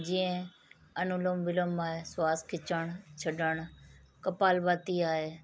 जीअं अनुलोम विलोम मां स्वास खिचण छॾण कपाल भाती आहे